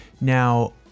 Now